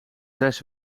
zes